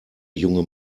junge